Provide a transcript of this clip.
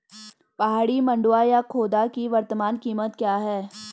पहाड़ी मंडुवा या खोदा की वर्तमान कीमत क्या है?